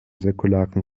säkularen